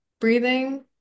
breathing